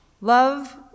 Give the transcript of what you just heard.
Love